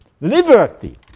liberty